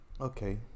Okay